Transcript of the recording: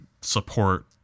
support